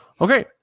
Okay